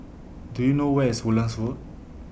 Do YOU know Where IS Woodlands Road